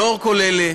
לאור כל אלה,